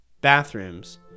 bathrooms